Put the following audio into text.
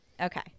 okay